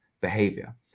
behavior